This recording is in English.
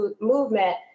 movement